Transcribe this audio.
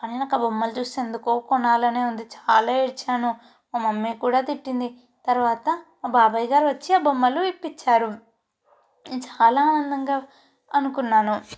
కానీ నాకు ఆ బొమ్మలు చూస్తే ఎందుకో కొనాలనే ఉంది చాలా ఏడ్చాను మా మమ్మీ కూడా తిట్టింది తర్వాత మా బాబాయ్ గారొచ్చి ఆ బొమ్మలు ఇప్పించారు నేను చాలా ఆనందంగా అనుకున్నాను